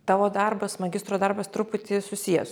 tavo darbas magistro darbas truputį